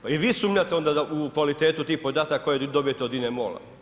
Pa i vi sumnjate onda u kvalitetu tih podataka koje dobijete od INA-e Mola.